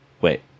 Wait